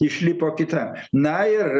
išlipo kitam na ir